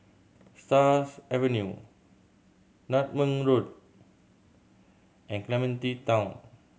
Stars Avenue Nutmeg Road and Clementi Town